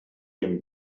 him